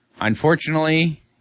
unfortunately